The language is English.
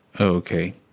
okay